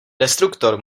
destruktor